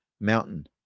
mountain